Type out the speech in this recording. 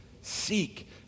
Seek